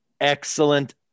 Excellent